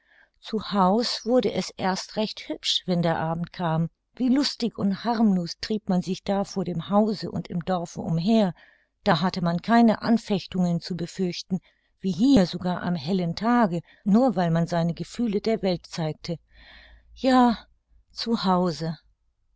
zu haus wurde es erst recht hübsch wenn der abend kam wie lustig und harmlos trieb man sich da vor dem hause und im dorfe umher da hatte man keine anfechtungen zu befürchten wie hier sogar am hellen tage nur weil man seine gefühle der welt zeigte ja